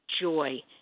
joy